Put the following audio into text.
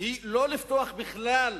היא לא לפתוח בכלל